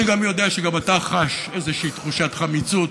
אני יודע שגם אתה חש איזושהי תחושת חמיצות.